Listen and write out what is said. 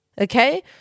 okay